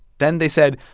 then they said,